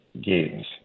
games